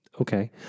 Okay